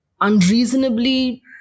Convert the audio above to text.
unreasonably